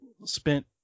spent